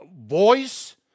voice